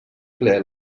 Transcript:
ple